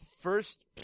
First